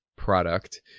product